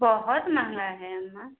बहुत महँगा है अम्मा